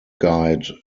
guide